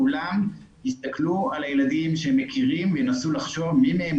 כולם יסתכלו על הילדים שהם מכירים וינסו לחשוב מי מהם